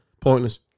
Pointless